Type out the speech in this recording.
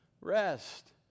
rest